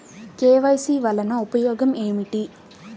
KYC వలన ఉపయోగం ఏమిటీ?